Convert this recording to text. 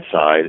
side